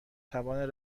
توان